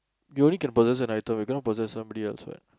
you only can possess an item you cannot possess somebody else what